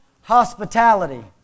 hospitality